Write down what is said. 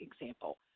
example